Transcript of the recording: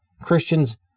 Christians